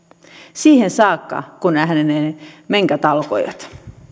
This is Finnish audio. siihen saakka kun hänen menkkansa alkoivat